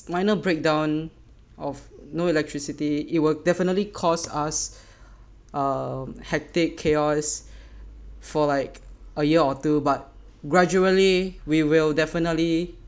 minor breakdown of no electricity it will definitely cost us a hectic chaos for like a year or two but gradually we will definitely